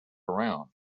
around